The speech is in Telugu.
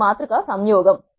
ఇది మాతృక సంయోగం